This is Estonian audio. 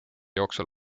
jooksul